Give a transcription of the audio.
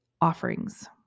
offerings